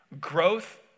Growth